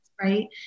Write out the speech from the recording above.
right